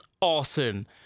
awesome